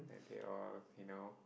and they all you know